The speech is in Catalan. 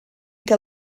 que